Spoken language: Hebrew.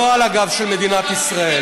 לא על הגב של מדינת ישראל.